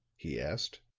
he asked.